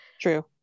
true